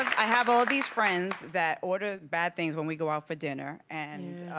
i have all these friends that order bad things when we go out for dinner, and